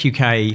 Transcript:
UK